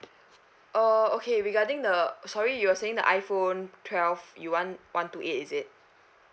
uh okay regarding the sorry you were saying the iPhone twelve you want one two eight is it